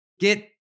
Get